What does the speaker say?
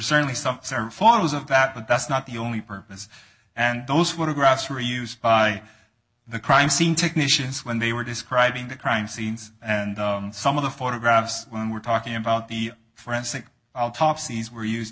certainly some photos of that but that's not the only purpose and those photographs were used by the crime scene technicians when they were describing the crime scenes and some of the photographs we're talking about the forensic autopsy these were used